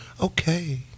Okay